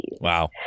Wow